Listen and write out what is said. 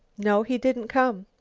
no, he didn't come.